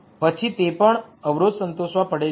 પછી તે પણ શરત સંતોષવા પડે છે